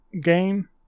game